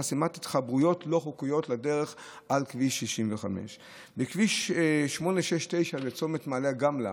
חסימת התחברויות לא חוקיות לדרך על כביש 65. כביש 869 לצומת מעלה גמלא,